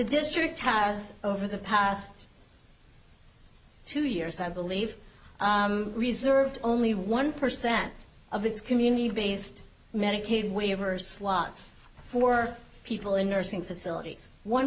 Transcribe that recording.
district has over the past two years i believe reserved only one percent of its community based medicaid waiver slots for people in nursing facilities one